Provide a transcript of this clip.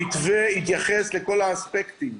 המתווה התייחס לכל האספקטים,